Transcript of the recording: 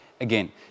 again